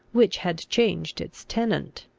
which had changed its tenant.